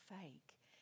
fake